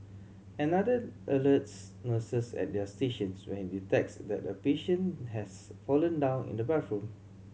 another alerts nurses at their stations when it detects that a patient has fallen down in the bathroom